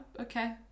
okay